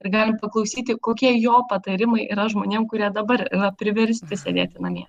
ir galim paklausyti kokie jo patarimai yra žmonėm kurie dabar yra priversti sėdėti namie